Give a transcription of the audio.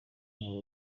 ngo